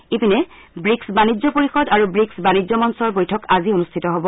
ইপিনে ৱিক্চ বাণিজ্য পৰিষদ আৰু বাণিজ্য মঞ্চৰ বৈঠক আজি অনুষ্ঠিত হ'ব